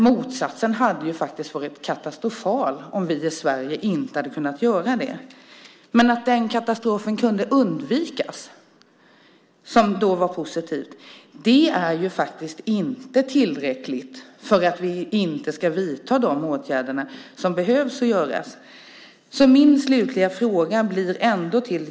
Motsatsen hade varit katastrofal, om vi i Sverige inte hade kunnat göra det. Att den katastrofen kunde undvikas, vilket var positivt, är inte tillräckligt för att vi inte ska vidta de åtgärder som behöver göras.